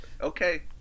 Okay